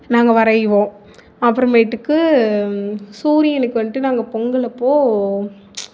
நாங்கள் வரையிவோம் அப்புறமேட்டுக்கு சூரியனுக்கு வந்துட்டு நாங்கள் பொங்கல் அப்போ